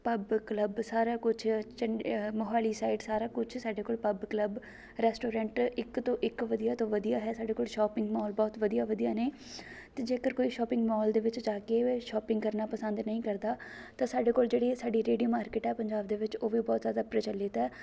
pub club ਸਾਰਾ ਕੁਝ Chandi Mohali side ਸਾਰਾ ਕੁਝ ਸਾਡੇ ਕੋਲ ਪਬ ਕਲੱਬ ਰੈਸਟੋਰੈਂਟ ਇੱਕ ਤੋਂ ਇੱਕ ਵਧੀਆ ਤੋਂ ਵਧੀਆ ਹੈ ਸਾਡੇ ਕੋਲ ਸ਼ੋਪਿੰਗ ਮੌਲ ਬਹੁਤ ਵਧੀਆ ਵਧੀਆ ਨੇ ਅਤੇ ਜੇਕਰ ਕੋਈ ਸ਼ੋਪਿੰਗ ਮੌਲ ਦੇ ਵਿੱਚ ਜਾ ਕੇ ਸ਼ੋਪਿੰਗ ਕਰਨਾ ਪਸੰਦ ਨਹੀਂ ਕਰਦਾ ਤਾਂ ਸਾਡੇ ਕੋਲ ਜਿਹੜੀ ਸਾਡੀ ਰੇਹੜੀ ਮਾਰਕੀਟ ਹੈ ਪੰਜਾਬ ਦੇ ਵਿੱਚ ਉਹ ਵੀ ਬਹੁਤ ਜ਼ਿਆਦਾ ਪ੍ਰਚੱਲਿਤ ਹੈ